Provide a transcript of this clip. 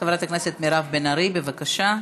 חברת הכנסת מירב בן ארי, בבקשה.